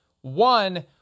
One